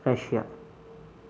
Russia